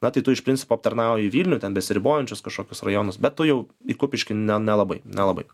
na tai tu iš principo aptarnauji vilnių besiribojančius kažkokius rajonus bet tu jau į kupiškį nelabai nelabai